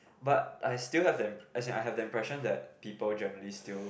but I still have the im~ as in I have the impression that the people generally still